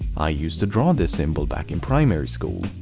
i used to draw this symbol back in primary school.